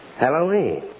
Halloween